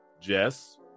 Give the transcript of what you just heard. Jess